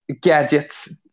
gadgets